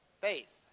faith